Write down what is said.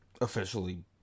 officially